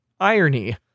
Irony